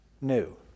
new